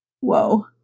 whoa